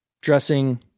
dressing